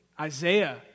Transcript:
Isaiah